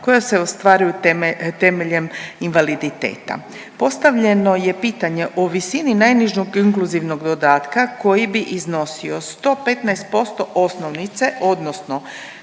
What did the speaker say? koja se ostvaruju temeljem invaliditeta. Postavljeno je pitanje o visini najnižeg inkluzivnog dodatka koji bi iznosio 115% osnovice odnosno